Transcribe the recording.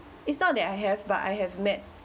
it's not that I have but I have met